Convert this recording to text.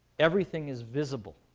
everything is visible.